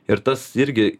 ir tas irgi